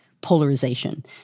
polarization